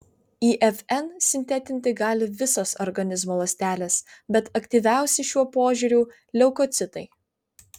ifn sintetinti gali visos organizmo ląstelės bet aktyviausi šiuo požiūriu leukocitai